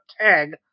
tag